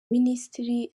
minisitiri